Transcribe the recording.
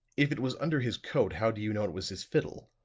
if it was under his coat, how do you know it was his fiddle?